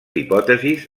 hipòtesis